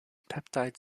peptide